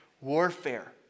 warfare